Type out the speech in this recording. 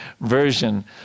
version